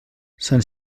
sant